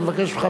אני מבקש ממך,